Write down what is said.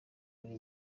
kuri